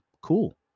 cool